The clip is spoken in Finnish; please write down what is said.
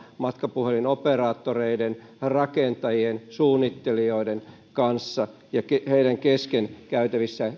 matkapuhelinoperaattoreiden rakentajien suunnittelijoiden kanssa ja heidän kesken käytävissä